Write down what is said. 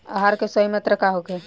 आहार के सही मात्रा का होखे?